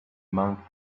month